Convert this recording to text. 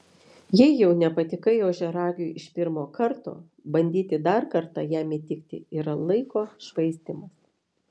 jei jau nepatikai ožiaragiui iš pirmo karto bandyti dar kartą jam įtikti yra laiko švaistymas